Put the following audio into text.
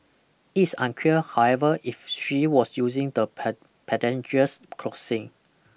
it is unclear however if she was using the pedestrian crossing